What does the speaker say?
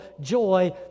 joy